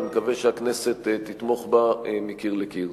ומקווה שהכנסת תתמוך בה מקיר לקיר.